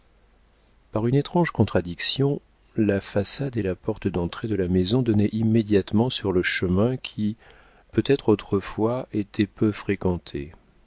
par une étrange contradiction la façade et la porte d'entrée de la maison donnaient immédiatement sur le chemin qui peut-être autrefois était peu fréquenté